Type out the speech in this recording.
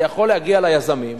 זה יכול להגיע ליזמים.